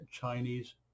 Chinese